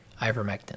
ivermectin